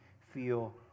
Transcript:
feel